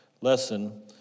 lesson